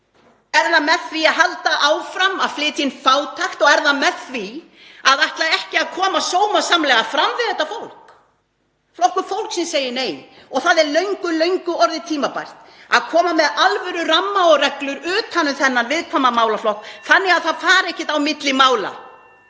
Er það með því að halda áfram að flytja inn fátækt og er það með því að ætla ekki að koma sómasamlega fram við þetta fólk? Flokkur fólksins segir nei og það er löngu orðið tímabært að koma með alvöruramma og -reglur utan um þennan viðkvæma málaflokk (Forseti hringir.) þannig að það fari ekkert á milli mála